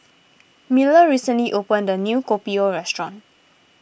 Miller recently opened a new Kopi O restaurant